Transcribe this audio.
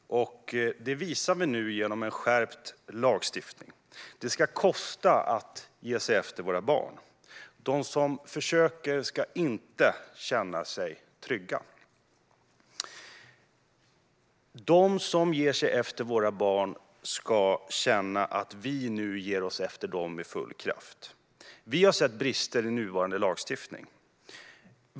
Det visar vi nu genom en skärpt lagstiftning. Det ska kosta att ge sig på våra barn. De som försöker ska inte känna sig trygga. De som ger sig på våra barn ska känna att vi nu ger oss på dem med full kraft. Vi har sett brister i nuvarande lagstiftning.